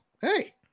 hey